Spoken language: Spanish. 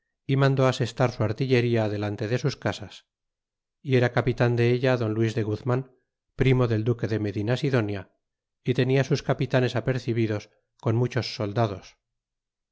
y mandó asestar su artillería delante de sus casas y era capitan de ella don luis de guzman primo del duque de medina sidonia y tenia sus capitanes apercibidos con muchos soldados